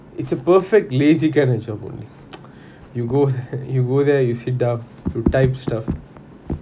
it's a perfect lazy kind of job only you go th~ you go there you sit down you type stuff